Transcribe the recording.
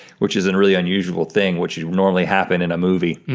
which isn't really unusual thing, which would normally happen in a movie,